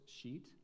sheet